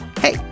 Hey